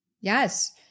Yes